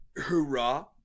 hoorah